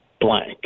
blank